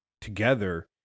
together